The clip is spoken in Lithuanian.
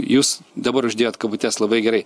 jūs dabar uždėjot kabutes labai gerai